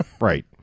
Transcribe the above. right